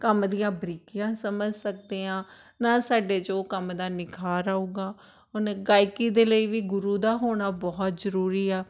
ਕੰਮ ਦੀਆਂ ਬਰੀਕੀਆਂ ਸਮਝ ਸਕਦੇ ਹਾਂ ਨਾ ਸਾਡੇ ਜੋ ਕੰਮ ਦਾ ਨਿਖਾਰ ਆਊਗਾ ਹੁਣ ਗਾਇਕੀ ਦੇ ਲਈ ਵੀ ਗੁਰੂ ਦਾ ਹੋਣਾ ਬਹੁਤ ਜ਼ਰੂਰੀ ਆ